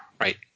right